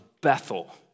Bethel